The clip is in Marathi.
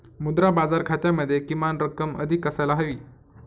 मुद्रा बाजार खात्यामध्ये किमान रक्कम अधिक असायला हवी